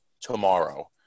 tomorrow